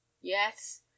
Yes